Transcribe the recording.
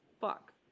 fuck